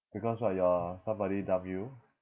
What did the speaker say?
because what your somebody dump you